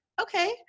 okay